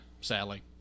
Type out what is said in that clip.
sadly